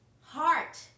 Heart